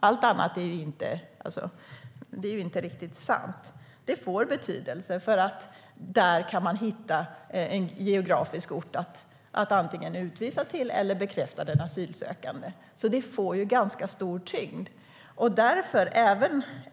Allt annat är inte riktigt sant. I analysen kan man hitta en geografisk ort att antingen utvisa till eller som bekräftar den asylsökandes ursprung. Språkanalysen får alltså ganska stor tyngd.